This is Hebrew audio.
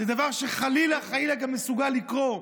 זה דבר שחלילה, חלילה, גם מסוגל לקרות.